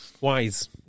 Wise